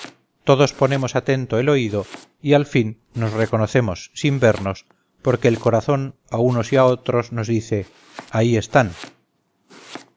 todos ponemos atento el oído y al fin nos reconocemos sin vernos porque el corazón a unos y otros nos dice ahí están